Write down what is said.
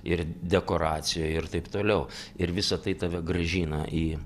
ir dekoracijoj ir taip toliau ir visa tai tave grąžina į